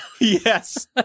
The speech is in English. Yes